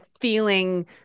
feeling